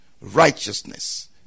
righteousness